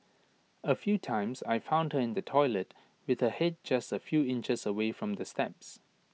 A few times I found her in the toilet with the Head just A few inches away from the steps